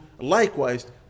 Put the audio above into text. likewise